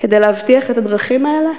כדי להבטיח את הדרכים האלה?